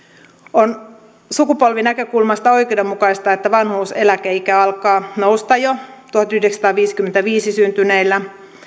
on sukupolvinäkökulmasta oikeudenmukaista että vanhuuseläkeikä alkaa nousta jo tuhatyhdeksänsataaviisikymmentäviisi syntyneillä